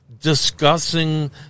Discussing